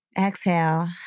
Exhale